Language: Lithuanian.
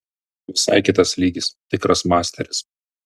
visai kitas lygis tikras masteris